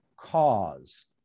cause